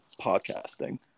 podcasting